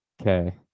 Okay